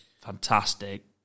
fantastic